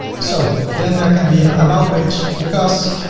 so then there can be an about page because,